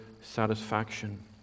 satisfaction